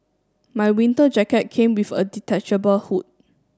my winter jacket came with a detachable hood